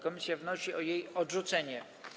Komisja wnosi o jej odrzucenie.